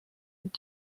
und